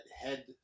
head